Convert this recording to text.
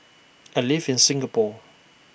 I live in Singapore